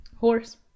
horse